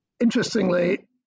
Interestingly